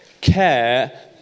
care